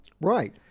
Right